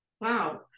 Wow